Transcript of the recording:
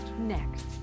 next